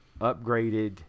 upgraded